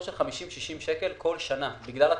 של 60-50 שקלים כל שנה בגלל הצמדות.